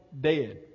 dead